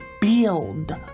build